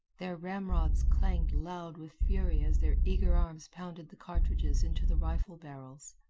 their ramrods clanged loud with fury as their eager arms pounded the cartridges into the rifle barrels.